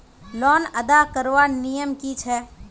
Loan अदा करवार नियम की छे?